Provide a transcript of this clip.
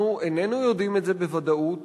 אנחנו איננו יודעים את זה בוודאות,